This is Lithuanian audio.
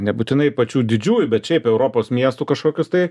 nebūtinai pačių didžiųjų bet šiaip europos miestų kažkokius tai